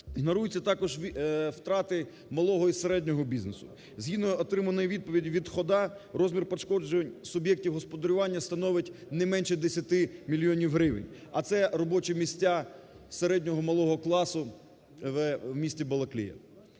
Ігноруються також втрати малого і середнього бізнесу. Згідно отриманої відповіді від ХОДА розмір пошкоджень суб'єктів господарювання становить не менше 10 мільйонів гривень, а це робочі місця середнього, малого класу у місті Балаклея.